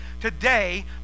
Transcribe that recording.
today